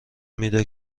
میده